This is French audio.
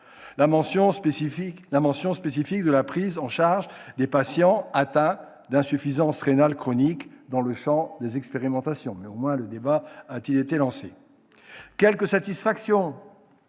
la mention spécifique de la prise en charge des patients atteints d'insuffisance rénale chronique dans le champ des expérimentations- au moins, sur ce dernier point, le débat a-t-il été lancé. Quelques satisfactions,